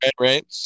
right